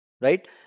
Right